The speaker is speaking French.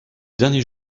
dernier